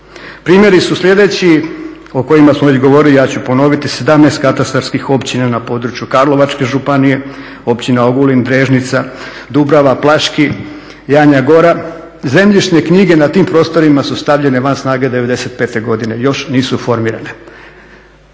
Primjeri su sljedeći o kojima smo već govorili, ja ću ponoviti. 17 katastarskih općina na području Karlovačke županije, Općina Ogulin, Drežnica, Dubrava, …, Janja Gora. Zemljišne knjige na tim prostorima su stavljene van snage '95. godine, još nisu formirane.